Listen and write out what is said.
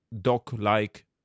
doc-like